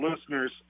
listeners